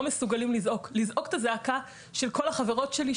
מסוגלים לזעוק: לזעוק את הזעקה של כל החברות שלי,